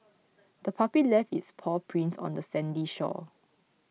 the puppy left its paw prints on the sandy shore